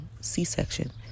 C-section